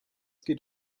geht